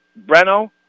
Breno